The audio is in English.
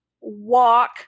walk